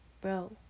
bro